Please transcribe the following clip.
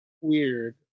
weird